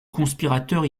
conspirateur